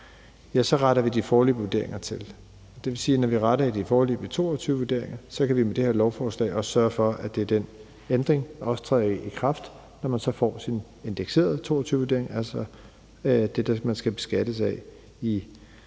retter vi de foreløbige vurderinger til. Det vil sige, at når vi retter i de foreløbige 2022-vurderinger, så kan vi med det her lovforslag også sørge for, at det er den ændring, der også træder i kraft, når man får sin indekserede 2022-vurdering, altså det, man skal beskattes af i